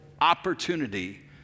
opportunity